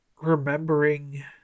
remembering